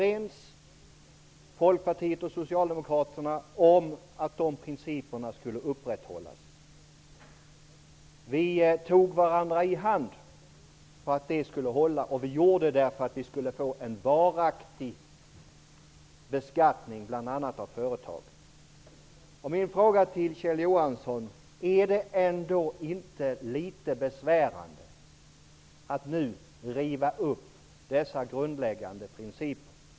Folkpartiet och Socialdemokraterna var överens om att de principerna skulle upprätthållas. Vi tog varandra i hand på detta, och vi gjorde det för att få en varaktig beskattning av bl.a. företag. Min fråga till Kjell Johansson är: Är det ändå inte litet besvärande att nu riva upp dessa grundläggande principer?